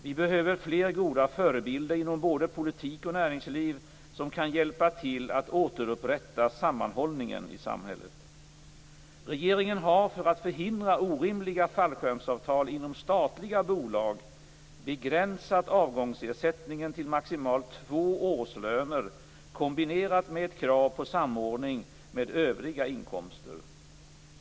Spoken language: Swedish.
Vi behöver fler goda förebilder inom både politik och näringsliv som kan hjälpa till att återupprätta sammanhållningen i samhället. Regeringen har för att förhindra orimliga fallskärmsavtal inom statliga bolag begränsat avgångsersättningen till maximalt två årslöner, kombinerat med ett krav på samordning med övriga inkomster.